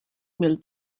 mil